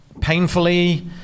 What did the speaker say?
Painfully